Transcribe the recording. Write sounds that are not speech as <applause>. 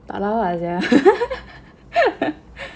tak lawa sia <laughs>